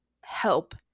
help